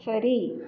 சரி